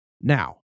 Now